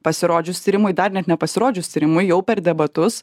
pasirodžius tyrimui dar net nepasirodžius tyrimui jau per debatus